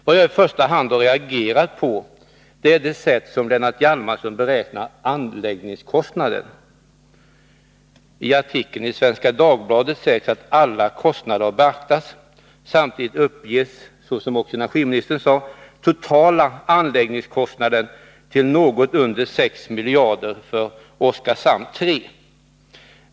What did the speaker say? Vad jag i första hand har reagerat mot är det sätt på vilket Lennart Hjalmarsson beräknar anläggningskostnaden. I den artikel i Svenska Dagbladet som jag omnämnt i min interpellation sägs det att alla kostnader har beaktats. Samtidigt uppges, såsom också energiministern sade, den totala anläggningskostnaden till något under 6 miljarder för Oskarshamn 3.